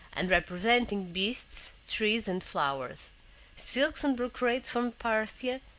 and representing beasts, trees, and flowers silks and brocades from persia,